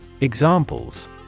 Examples